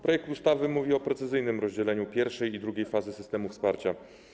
Projekt ustawy mówi o precyzyjnym rozdzieleniu pierwszej i drugiej fazy systemu wsparcia.